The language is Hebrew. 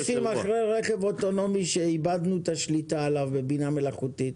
אם רודפים אחרי רכב אוטונומי שאיבדנו את השליטה עליו בבינה מלאכותית,